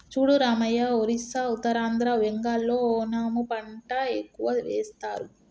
చూడు రామయ్య ఒరిస్సా ఉత్తరాంధ్ర బెంగాల్లో ఓనము పంట ఎక్కువ వేస్తారు